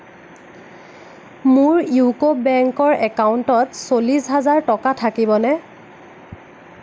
মোৰ ইউকো বেংকৰ একাউণ্টত চল্লিছ হাজাৰ টকা থাকিবনে